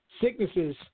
sicknesses